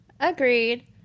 Agreed